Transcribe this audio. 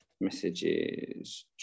Messages